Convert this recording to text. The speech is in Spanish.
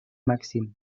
maxim